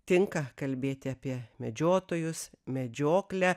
tinka kalbėti apie medžiotojus medžioklę